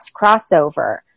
crossover